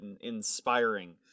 inspiring